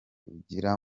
ugira